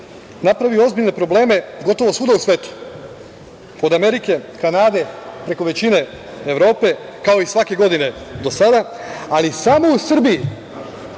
napravio ozbiljne probleme gotovo svuda u svetu, od Amerike, Kanade preko većine Evrope, kao i svake godine do sada, ali samo u Srbiji